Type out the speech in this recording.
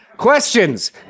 Questions